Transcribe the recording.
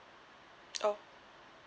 oh